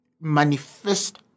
manifest